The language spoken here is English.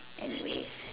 anyways